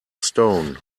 stone